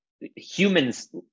humans